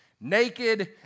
naked